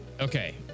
Okay